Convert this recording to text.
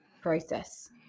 process